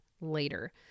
later